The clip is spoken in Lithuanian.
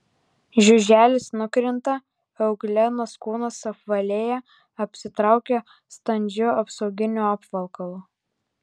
žiuželis nukrinta euglenos kūnas suapvalėja apsitraukia standžiu apsauginiu apvalkalu